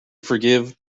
forgive